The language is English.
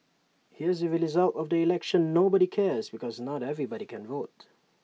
here's the result of the election nobody cares because not everybody can vote